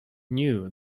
knew